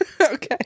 Okay